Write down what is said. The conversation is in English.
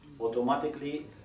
automatically